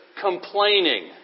Complaining